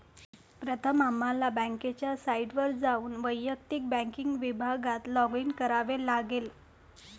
प्रथम आम्हाला बँकेच्या साइटवर जाऊन वैयक्तिक बँकिंग विभागात लॉगिन करावे लागेल